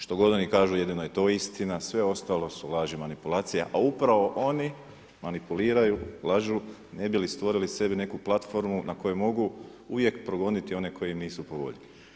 Što god oni kažu jedino je to istina, sve ostalo su laži i manipulacije a upravo oni manipuliraju, lažu, ne bi li stvorili sebi neku platformu na kojoj mogu uvijek progoniti one koji im nisu po volji.